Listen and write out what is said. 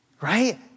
right